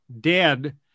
dead